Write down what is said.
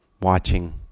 watching